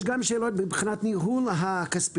יש גם שאלה על הניהול הכספי.